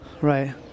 Right